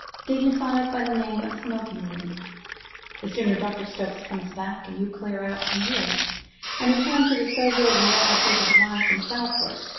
dignified by the name of smoking-room the sooner dr. stokes comes back and you clear out from here and return to the sober realities of life in southwark,